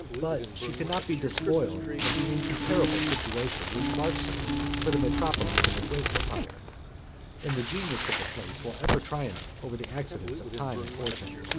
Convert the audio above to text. but she could not be despoiled of the incomparable situation which marks her for the metropolis of a great empire and the genius of the place will ever triumph over the accidents of time and fortune.